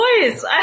boys